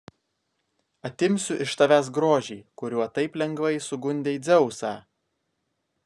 atimsiu iš tavęs grožį kuriuo taip lengvai sugundei dzeusą